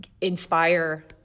inspire